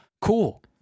Cool